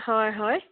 হয় হয়